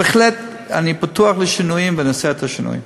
בהחלט אני פתוח לשינויים ונעשה את השינויים.